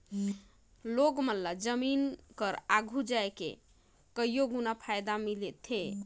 मइनसे ल ओ जमीन कर आघु जाए के कइयो गुना फएदा मिलथे